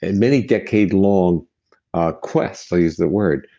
and many decade-long ah quest, i'll use that word,